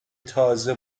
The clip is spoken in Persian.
تازه